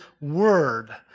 word